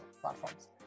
platforms